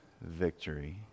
victory